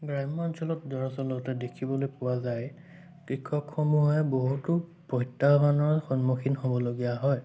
গ্ৰাম্যাঞ্চলত দৰাচলতে দেখিবলৈ পোৱা যায় কৃষকসমূহে বহুতো প্ৰত্যাহ্বানৰ সন্মুখীন হ'বলগীয়া হয়